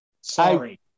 Sorry